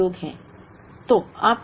ये सभी योग हैं